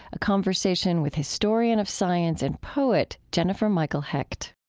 a conversation with historian of science and poet jennifer michael hecht